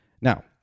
Now